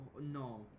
no